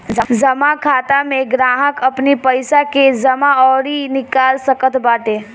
जमा खाता में ग्राहक अपनी पईसा के जमा अउरी निकाल सकत बाटे